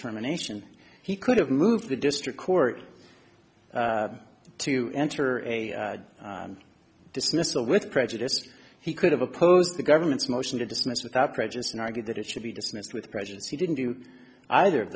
terminations he could have moved to the district court to enter a dismissal with prejudice he could have opposed the government's motion to dismiss without prejudice and argued that it should be dismissed with prejudice he didn't do either of